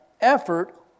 effort